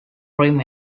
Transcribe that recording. rim